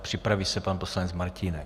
Připraví se pan poslanec Martínek.